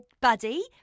buddy